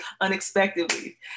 unexpectedly